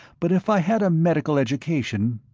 but if i had a medical education,